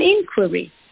inquiry